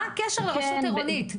מה הקשר לרשות עירונית?